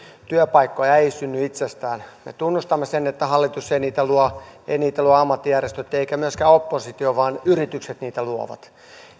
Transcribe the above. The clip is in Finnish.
työpaikkoja ei synny itsestään me tunnustamme sen että hallitus ei niitä luo eivät niitä luo ammattijärjestöt eikä myöskään oppositio vaan yritykset niitä luovat